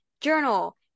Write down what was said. journal